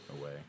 away